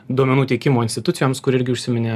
duomenų teikimo institucijoms kur irgi užsiminė